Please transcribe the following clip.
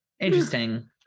interesting